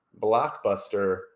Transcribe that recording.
blockbuster